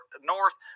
North